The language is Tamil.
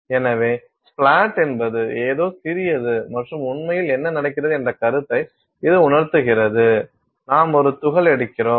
எனவே ஸ்ப்ளாட் என்பது ஏதோ சிதறியது மற்றும் உண்மையில் என்ன நடக்கிறது என்ற கருத்தை இது உணர்த்துகிறது நாம் ஒரு துகள் எடுக்கிறோம்